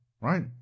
Right